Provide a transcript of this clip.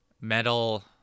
metal